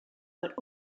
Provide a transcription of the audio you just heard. but